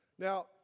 Now